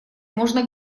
можно